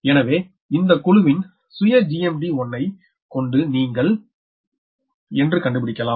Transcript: எனவே இந்த குழுவின் சுய GMD 1 ஐ கொண்டு நீங்கள் என்று கண்டுபிடிக்கலாம்